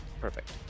Perfect